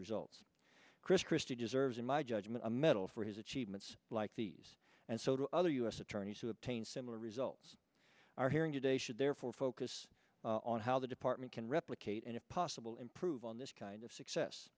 results chris christie deserves in my judgment a medal for his achievements like these and so do other u s attorneys who obtain similar results are hearing today should therefore focus on how the department can replicate and if possible improve on this kind of success